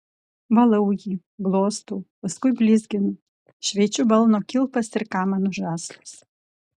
valau jį glostau paskui blizginu šveičiu balno kilpas ir kamanų žąslus